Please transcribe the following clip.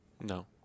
No